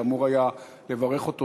שהיה אמור לברך אותו,